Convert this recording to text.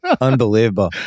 Unbelievable